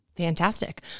Fantastic